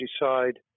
decide